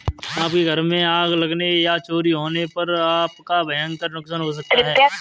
आपके घर में आग लगने या चोरी होने पर आपका भयंकर नुकसान हो सकता है